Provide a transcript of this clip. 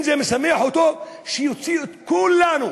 אם זה משמח אותו, שיוציא את כולנו